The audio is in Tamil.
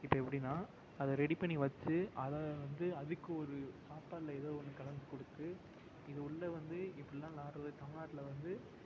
இப்போ எப்படின்னா அதை ரெடி பண்ணி வச்சு அதாவது வந்து அதுக்கு ஒரு சாப்பாட்டில் எதோ ஒன்று கலந்துக் கொடுத்து இது உள்ள வந்து இப்படிலாம் விளையாடுறது தமிழ்நாட்ல வந்து